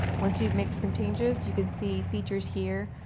once you make some changes, you can see features here.